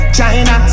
China